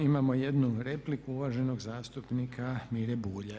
Imamo jednu repliku uvaženog zastupnika Mire Bulja.